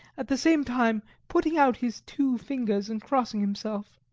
at the same time putting out his two fingers and crossing himself.